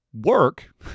work